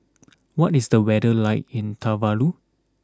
what is the weather like in Tuvalu